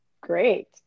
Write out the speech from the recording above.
Great